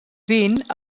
vint